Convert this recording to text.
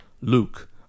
Luke